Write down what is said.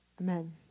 Amen